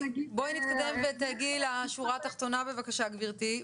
בואי נתקדם ותגיעי לשורה התחתונה, בבקשה, גברתי.